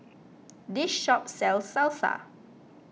this shop sells Salsa